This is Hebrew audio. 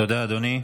תודה, אדוני.